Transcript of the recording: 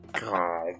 God